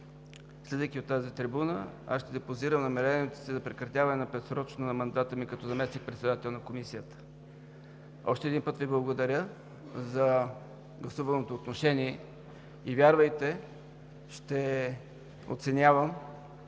Слизайки от тази трибуна, аз ще депозирам намерението си за прекратяване предсрочно на мандата ми като заместник-председател на Комисията. Още един път Ви благодаря за гласуваното отношение и вярвайте – оценявам